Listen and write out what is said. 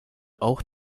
auch